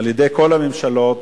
על-ידי כל הממשלות,